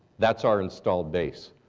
that's our installed base.